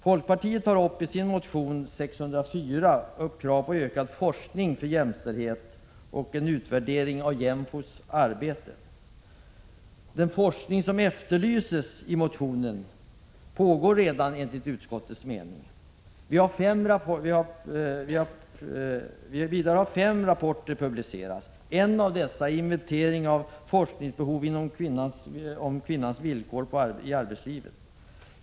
Folkpartiet tar i motion 1985/86:A604 upp krav på ökad forskning om jämställdhet och en utvärdering av JÄMFO:s arbete. Den forskning som efterlyses i motionen pågår redan enligt utskottets mening. Vidare har fem rapporter publicerats. En av dessa är en inventering av forskningsbehov om kvinnans villkor i arbetslivet.